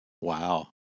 Wow